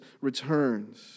returns